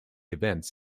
events